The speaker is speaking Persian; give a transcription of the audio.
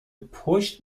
پشت